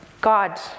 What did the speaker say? God